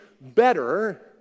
better